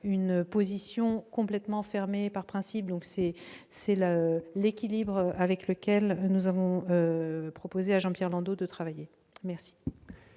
position complètement fermée par principe. Tel est l'équilibre sur lequel nous avons proposé à Jean-Pierre Landau de travailler. Mes